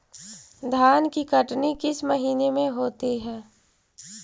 धान की कटनी किस महीने में होती है?